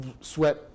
sweat